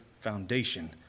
foundation